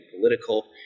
political